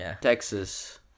Texas